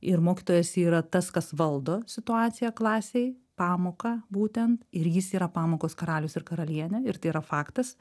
ir mokytojas yra tas kas valdo situaciją klasėj pamoką būtent ir jis yra pamokos karalius ir karalienė ir tai yra faktas